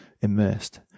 immersed